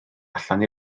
allan